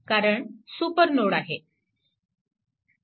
कारण सुपरनोड आहे